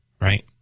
right